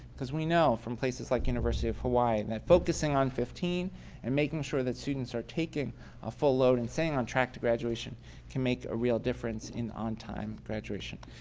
because we know from places like university of hawaii that focusing on fifteen and making sure that students are taking a full load and staying on track to graduation can make a real difference on on-time graduation.